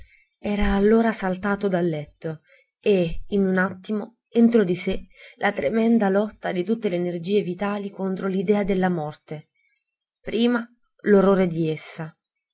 era allora saltato dal letto e in un attimo entro di sé la tremenda lotta di tutte le energie vitali contro l'idea della morte prima l'orrore di essa